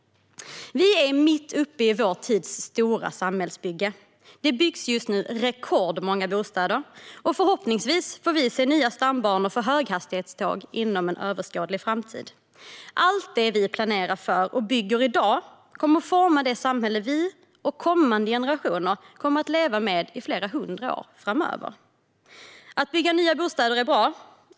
Vi är mitt uppe i vår tids stora samhällsbygge. Det byggs just nu rekordmånga bostäder, och förhoppningsvis får vi se nya stambanor för höghastighetståg inom en överskådlig framtid. Allt det vi planerar för och bygger i dag kommer att forma det samhälle vi och kommande generationer ska leva i under flera hundra år framöver. Att bygga nya bostäder är bra.